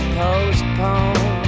postpone